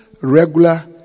regular